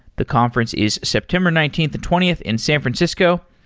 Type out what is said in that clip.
the conference is september nineteenth and twentieth in san francisco.